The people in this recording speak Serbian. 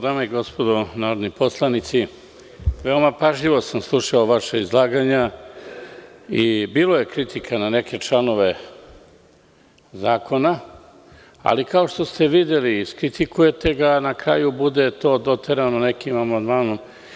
Dame i gospodo narodni poslanici, veoma pažljivo sam slušao vaša izlaganja i bilo ke kritika na neke članove zakona ali kao što ste videli, vi iskritikujete, a na kraju to bude doterano nekim amandmanom.